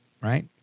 right